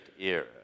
era